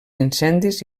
incendis